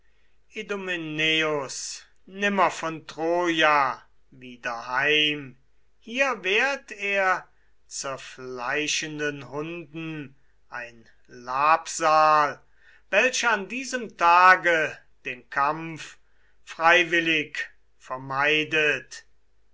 von troja wieder heim hier werd er zerfleischenden hunden ein labsal welcher an diesem tage den kampf freiwillig vermeidet